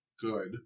good